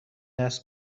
است